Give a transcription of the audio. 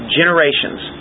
generations